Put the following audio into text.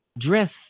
dress